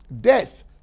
Death